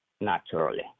naturally